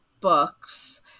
books